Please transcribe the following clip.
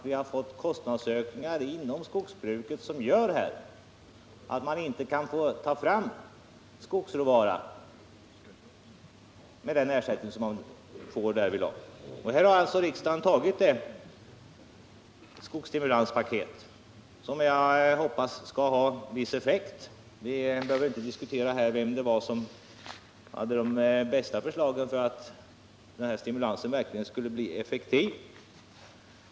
Vi har fått kostnadsökningar inom skogsbruket som gör att man inte kan ta fram skogsråvara med den ersättning som ges därvidlag. Riksdagen har alltså godtagit det skogsstimulanspaket som jag hoppas skall haen viss effekt. Vi behöver inte här diskutera vem det var som hade de bästa förslagen när det gäller att stimulansen verkligen skall bli effektiv.